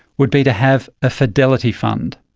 would be to have a fidelity fund.